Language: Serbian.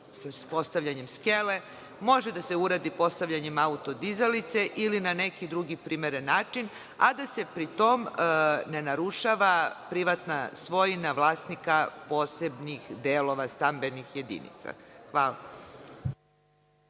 sa postavljanjem skele, može da se uradi postavljanjem autodizalice ili na neki drugi primeren način, a da se pri tome ne narušava privatna svojina vlasnika posebnih delova stambenih jedinica. Hvala.